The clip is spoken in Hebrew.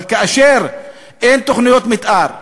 אבל כאשר אין תוכניות מתאר,